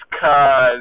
cause